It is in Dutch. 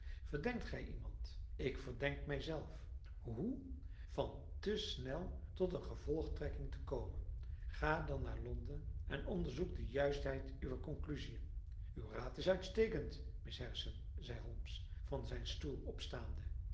verdenkt gij iemand ik verdenk mij zelf hoe van te snel tot een gevolgtrekking te komen ga dan naar londen en onderzoek de juistheid uwer conclusiën uw raad is uitstekend miss harrison zeide holmes van zijn stoel opstaande